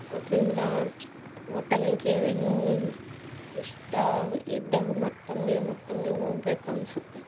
ಅದರಿಂದ ಹೋಟಲ್ಗೆ ವೆನ್ ಇಷ್ಟ ಇದ್ದ ಮತ್ತೊಮ್ಮೆ ಮತ್ತೊಮ್ಮೆ ಹೋಗಬೇಕು ಅನ್ನಿಸುತ್ತೆ